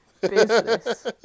business